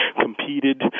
competed